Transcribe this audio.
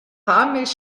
milch